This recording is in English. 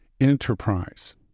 enterprise